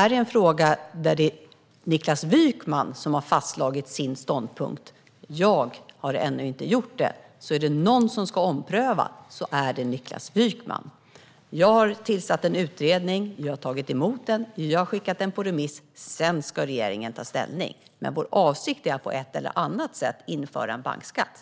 denna fråga har Niklas Wykman fastslagit sin ståndpunkt; jag har ännu inte gjort det. Så är det någon som ska ompröva är det Niklas Wykman. Jag har tillsatt en utredning, tagit emot den och skickat den på remiss - sedan ska regeringen ta ställning. Vår avsikt är att på ett eller annat sätt införa en bankskatt.